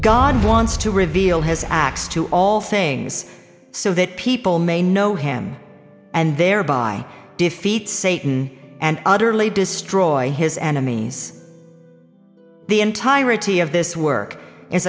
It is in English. god wants to reveal his acts to all things so that people may know him and thereby defeat satan and utterly destroy his enemies the entirety of this work is